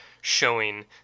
showing